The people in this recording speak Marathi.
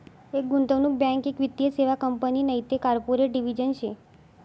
एक गुंतवणूक बँक एक वित्तीय सेवा कंपनी नैते कॉर्पोरेट डिव्हिजन शे